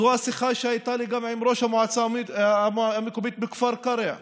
זו השיחה שהייתה לי גם עם ראש המועצה המקומית בכפר קרע,